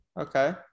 okay